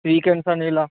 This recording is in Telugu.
వీకెండ్స్ అని ఇలా